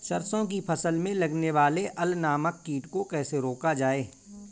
सरसों की फसल में लगने वाले अल नामक कीट को कैसे रोका जाए?